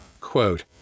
Quote